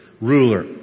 ruler